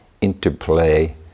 interplay